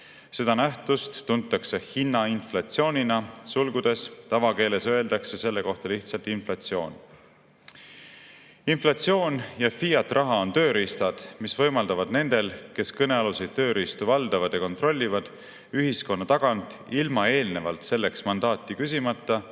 Seda nähtust tuntakse hinnainflatsioonina, tavakeeles öeldakse selle kohta lihtsalt inflatsioon. Inflatsioon jafiat-raha on tööriistad, mis võimaldavad nendel, kes kõnealuseid tööriistu valdavad ja kontrollivad, ühiskonna tagant ilma eelnevalt selleks mandaati küsimata